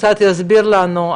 שקצת יסביר לנו.